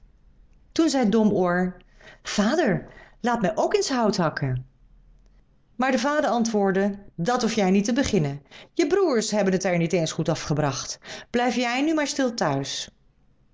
toen zei domoor vader laat mij ook eens hout gaan hakken maar de vader antwoordde dat hoef jij niet te beginnen je broêrs hebben het er niet eens goed afgebracht blijf jij nu maar stil thuis